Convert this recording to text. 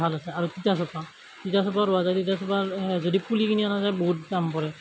ভাল আছে আৰু তিতা চপা তিতা চপাও ৰোৱা যায় তিতা চপা যদি পুলি কিনি অনা যায় বহুত দাম পৰে